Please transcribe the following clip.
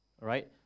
right